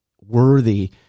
worthy